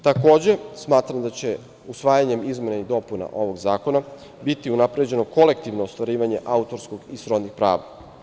Takođe smatram da će usvajanjem izmena i dopuna ovog zakona biti unapređeno kolektivno ostvarivanje autorskog i srodnih prava.